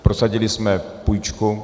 Prosadili jsme půjčku.